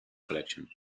collection